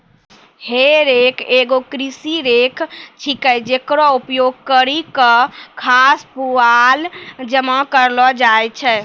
हे रेक एगो कृषि रेक छिकै, जेकरो उपयोग करि क घास, पुआल जमा करलो जाय छै